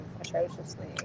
atrociously